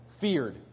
feared